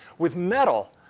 with metal,